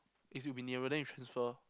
it should be nearer then you transfer